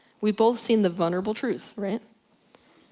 we've both seen the vulnerable truth. right?